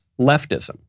leftism